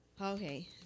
Okay